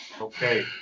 Okay